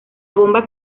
bomba